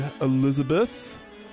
Elizabeth